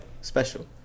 special